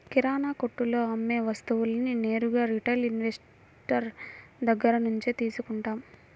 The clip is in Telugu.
కిరణాకొట్టులో అమ్మే వస్తువులన్నీ నేరుగా రిటైల్ ఇన్వెస్టర్ దగ్గర్నుంచే తీసుకుంటాం